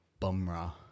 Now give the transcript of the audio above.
Bumrah